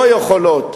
ולא יכולות.